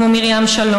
כמו מרים שלום,